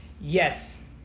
yes